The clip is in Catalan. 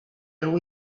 algú